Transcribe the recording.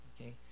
okay